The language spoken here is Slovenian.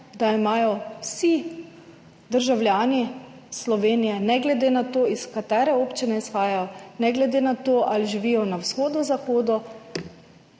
da imajo vsi državljani Slovenije, ne glede na to, iz katere občine izhajajo, ne glede na to, ali živijo na vzhodu, zahodu,